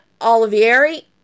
Olivieri